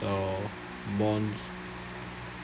or bonds